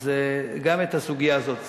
אז גם את הסוגיה הזאת.